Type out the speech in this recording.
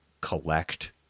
collect